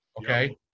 Okay